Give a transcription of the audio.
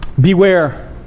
Beware